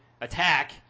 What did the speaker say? attack